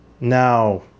Now